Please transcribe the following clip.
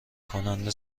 کننده